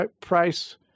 Price